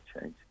change